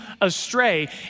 astray